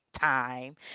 time